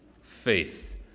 faith